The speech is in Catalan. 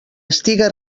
estiga